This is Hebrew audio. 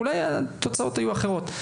אולי התוצאות היו אחרות.